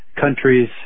countries